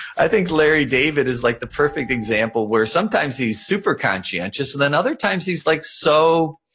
i think larry david is like the perfect example where sometimes he's super conscientious and then other times he's like so,